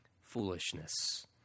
foolishness